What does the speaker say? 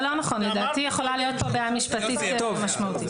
לדעתי יכולה להיות בעיה משפטית משמעותית.